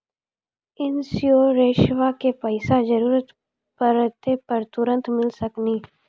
इंश्योरेंसबा के पैसा जरूरत पड़े पे तुरंत मिल सकनी?